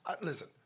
listen